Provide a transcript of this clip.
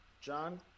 John